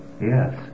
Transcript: Yes